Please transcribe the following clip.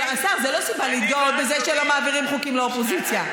זה לא סיבה להתגאות בזה שלא מעבירים חוקים לאופוזיציה.